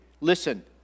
Listen